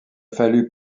fallut